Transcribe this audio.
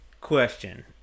question